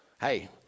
Hey